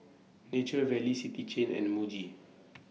Nature Valley City Chain and Muji